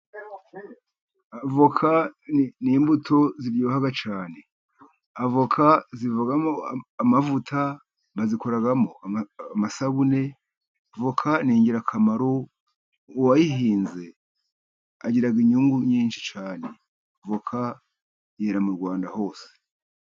Avoka ni imbuto ziryoha cyane. Avoka zivamo amavuta, bazikoramo amasabune, avoka ni ingirakamaro uwayihinze agira inyungu nyinshi cyane. Avoka yera mu Rwanda hose.